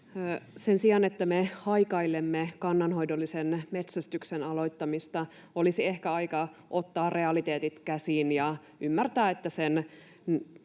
Sen sijaan, että me haikailemme kannanhoidollisen metsästyksen aloittamista, olisi ehkä aika ottaa realiteetit käsiin ja ymmärtää, että